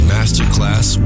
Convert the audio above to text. Masterclass